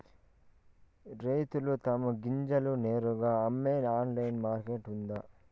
రైతులు తమ గింజలను నేరుగా అమ్మే ఆన్లైన్ మార్కెట్ ఉందా?